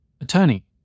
Attorney